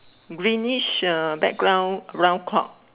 greenish uh background round cloud